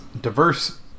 diverse